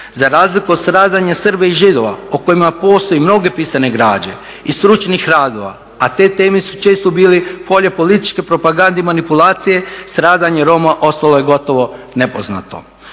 Za razliku od stradanja Srba i Židova o kojima postoje mnoge pisane građe i stručni radovi, a te teme su često bile polja političke propagande i manipulacije stradanje Roma ostalo je gotovo nepoznato.